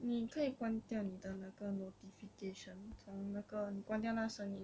你可以关掉你的那个 notification 从那个关掉那声音